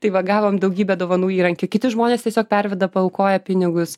tai va gavom daugybę dovanų įrankių kiti žmonės tiesiog perveda paaukoja pinigus